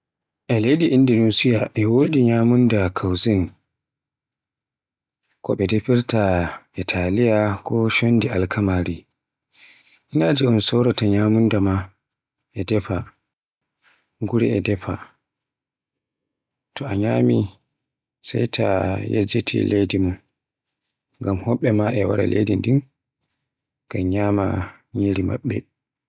E leydi Indonisiya e wodi nyamunda cuisine, ko ɓe defirta e taliya ko condi alkamaari. Inaaje konin soraata nyamunda e defa, gure e defa. Ta nyami sai ta yejjiti leydi mon, ngam yimɓe e wara ngam nyama nyiri maɓɓe